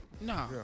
No